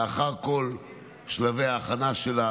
לאחר כל שלבי ההכנה שלה,